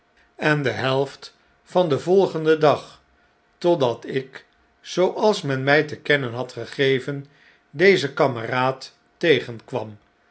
en de helft van den volgenden dag totdat ik zooals men mjj te kennen had gegeven dezen kameraad tegenkwam